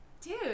Dude